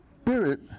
spirit